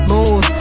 Move